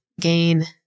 gain